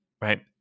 right